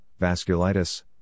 vasculitis